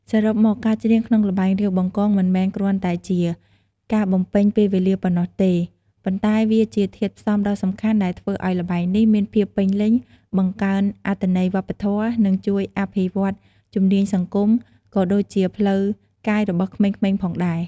សរុបមក ការច្រៀងក្នុងល្បែង រាវបង្កង មិនមែនគ្រាន់តែជាការបំពេញពេលវេលាប៉ុណ្ណោះទេ ប៉ុន្តែវាជាធាតុផ្សំដ៏សំខាន់ដែលធ្វើឱ្យល្បែងនេះមានភាពពេញលេញ បង្កើនអត្ថន័យវប្បធម៌ និងជួយអភិវឌ្ឍជំនាញសង្គម ក៏ដូចជាផ្លូវកាយរបស់ក្មេងៗផងដែរ។